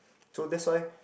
so that's why